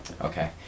Okay